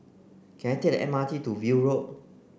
can I take the M R T to View Road